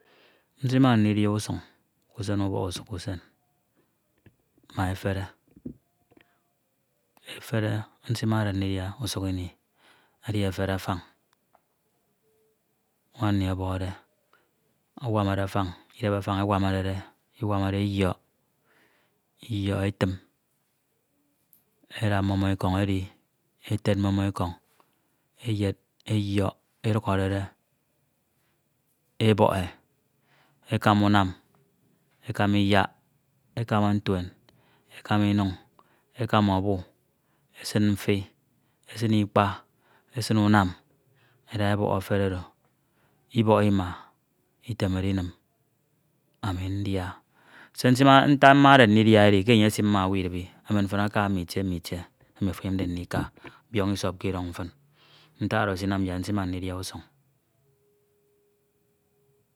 Nsina ndidia usuñ k’usen ubọk usuk usen ma efene, efere nsimade ndidia usuk ini edi efere afañ nwam nni ọbọkde, awamade afañ edep afañ awamade, Iwamade eyok Iyọk etim eda mmoñ mmoñ Ikọñ edi eted mmọñ Ikọñ eyed eyọk edukhọhede, ebọk e, ekama unam ekama Iyak, ekama ntuen ekama Inuñ ekama ọbu, esin mfi, esin Ikpa, esin unam eda ebọk efere oro, Ibọk Ima, Itemede Inim ami ndia. Ntak mmade ndidia edi ke enye esimumum owu idibi, emen fin aka mm’Itie mm’Itie emi ofo eyemde ndika biọñ Isọpke Idọñ fin ntak oro anam yak nsima ndidia usuñ.